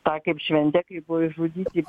tą kaip šventė kai buvo išžudyti